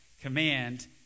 command